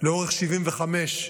עם הבן שלה, אחת שמשרתת,